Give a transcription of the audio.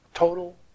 Total